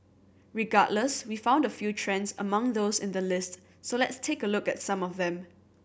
regardless we found a few trends among those in the list so let's take a look at some of them